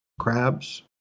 crabs